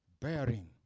bearing